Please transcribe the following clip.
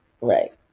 Right